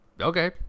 Okay